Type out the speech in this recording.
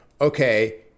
okay